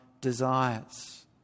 desires